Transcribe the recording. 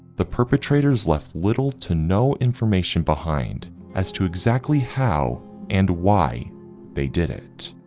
the perpetrators left little to no information behind as to exactly how and why they did it.